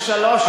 שלוש שנים,